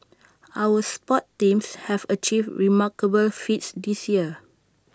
our sports teams have achieved remarkable feats this year